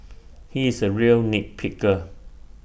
he is A real nit picker